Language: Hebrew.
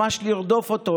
ממש לרדוף אותו,